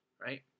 right